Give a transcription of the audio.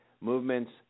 movements